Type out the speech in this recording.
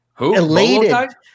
elated